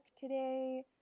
today